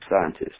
scientists